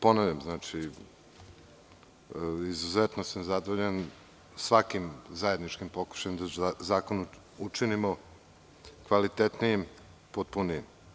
Ponavljam, izuzetno sam zadovoljan svakim zajedničkim pokušajem da zakon učinimo kvalitetnijim i potpunijim.